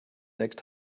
next